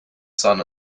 son